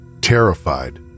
Terrified